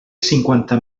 cinquanta